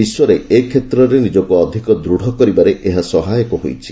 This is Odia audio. ବିଶ୍ୱରେ ଏ କ୍ଷେତ୍ରରେ ନିଜକୁ ଅଧିକ ଦୂଢ କରିବାରେ ଏହା ସହାୟକ ହୋଇଛି